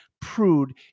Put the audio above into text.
prude